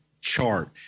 chart